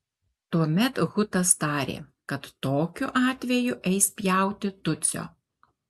tuomet hutas tarė kad tokiu atveju eis pjauti tutsio